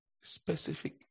Specific